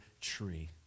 tree